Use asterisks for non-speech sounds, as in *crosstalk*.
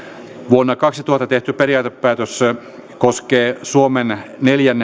vuonna kaksituhatta tehty periaatepäätös koskee suomen neljän *unintelligible*